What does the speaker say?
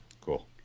Cool